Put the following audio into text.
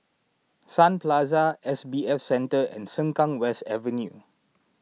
Sun Plaza S B F Center and Sengkang West Avenue